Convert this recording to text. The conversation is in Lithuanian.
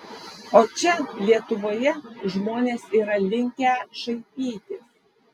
o čia lietuvoje žmonės yra linkę šaipytis